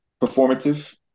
performative